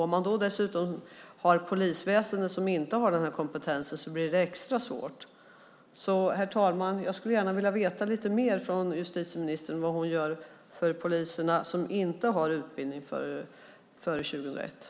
Om man då dessutom har ett polisväsen som inte har den här kompetensen blir det extra svårt. Herr talman! Jag skulle gärna vilja veta lite mer från justitieministern vad hon gör för de poliser som utbildats före 2001 och inte har den utbildningen.